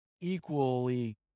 equally